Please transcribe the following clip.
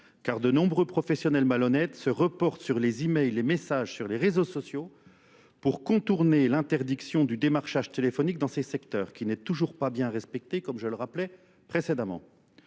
car de nombreux professionnels malhonnêtes se reportent sur les emails et messages sur les réseaux sociaux pour contourner l'interdiction du démarchage téléphonique dans ces secteurs qui n'est toujours pas bien respecté comme je le rappelais précédemment.